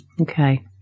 Okay